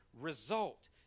result